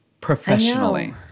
professionally